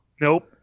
Nope